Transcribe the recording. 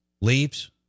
leaves